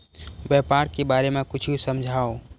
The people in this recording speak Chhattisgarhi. व्यापार के बारे म कुछु समझाव?